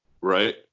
right